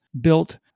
built